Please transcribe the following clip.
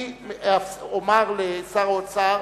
אני אומר לשר האוצר,